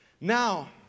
Now